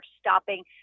stopping